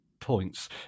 points